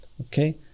Okay